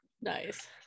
nice